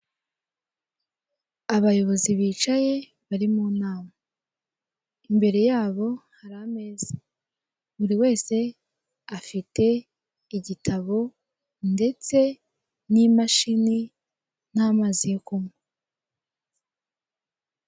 Abayobozi bicaye bari munama, imbere yabo hari ameza buri wese afite igitabo ndetse n'imashini n'amazi yo kunywa.